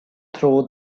through